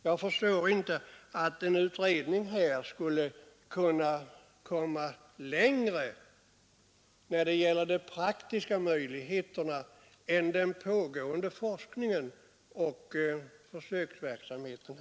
Jag förstår inte att en utredning skulle kunna komma längre när det gäller de praktiska möjligheterna än den pågående forskningen och försöksverksamheten.